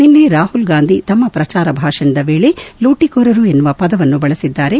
ನಿನ್ನೆ ರಾಹುಲ್ ಗಾಂಧಿ ತಮ್ಮ ಪ್ರಚಾರ ಭಾಷಣದ ವೇಳೆ ಲೂಟಿಕೋರರು ಎನ್ನುವ ಪದವನ್ನು ಬಳಸಿದ್ದಾರೆ